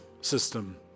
system